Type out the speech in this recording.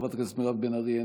חברת הכנסת מירב בן ארי,